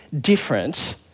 different